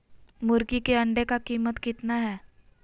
मुर्गी के अंडे का कीमत कितना है?